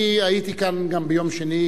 אני הייתי כאן גם ביום שני,